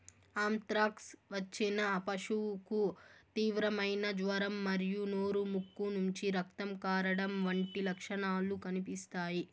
anthrax వచ్చిన పశువుకు తీవ్రమైన జ్వరం మరియు నోరు, ముక్కు నుంచి రక్తం కారడం వంటి లక్షణాలు కనిపిస్తాయి